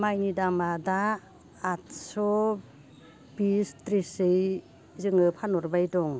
माइनि दामा दा आठस' बिस थ्रिससै जोङो फानहरबाय दं